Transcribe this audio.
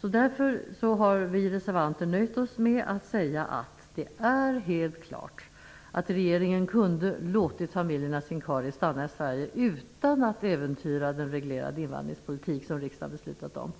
Därför har vi reservanter nöjt oss med att säga att det är helt klart att regeringen hade kunnat låta familjerna Sincari stanna i Sverige utan att äventyra den reglerade invandringspolitik som riksdagen beslutat om.